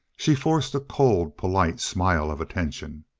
she forced a cold, polite smile of attention.